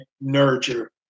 nurture